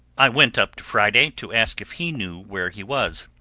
i went up to friday, to ask if he knew where he was.